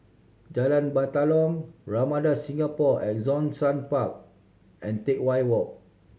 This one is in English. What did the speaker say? Jalan Batalong Ramada Singapore at Zhongshan Park and Teck Whye Walk